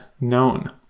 known